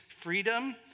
freedom